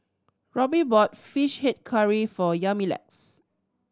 Robby bought Fish Head Curry for Yamilex